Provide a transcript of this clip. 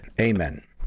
amen